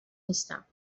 نیستم